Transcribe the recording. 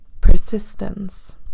persistence